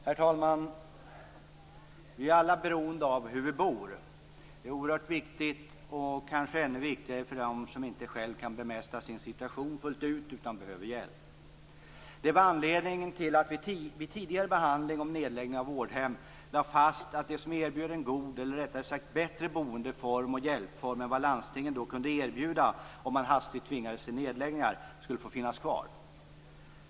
Herr talman! Vi är alla beroende av hur vi bor. Det är oerhört viktigt, och det är kanske ännu viktigare för dem som inte själva kan bemästra sin situation fullt ut utan behöver hjälp. Det var anledningen till att vi vid tidigare behandling om nedläggning av vårdhem lade fast att de som erbjöd en bättre boendeform och hjälpform än vad landstingen då kunde erbjuda skulle få finnas kvar om man plötsligt tvingades till nedläggningar.